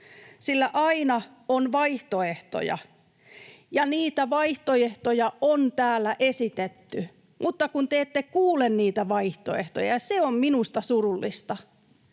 sillä aina on vaihtoehtoja, ja niitä vaihtoehtoja on täällä esitetty, mutta kun te ette kuule niitä vaihtoehtoja, ja se on minusta surullista.